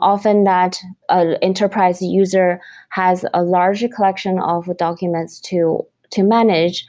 often that ah enterprise user has a large collection of documents to to manage,